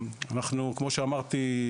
כמו שאמרתי,